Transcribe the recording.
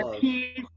peace